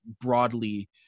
broadly